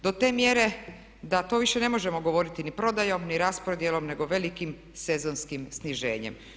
Do te mjere da to više ne možemo govoriti ni prodajom ni raspodjelom nego velikim sezonskim sniženjem.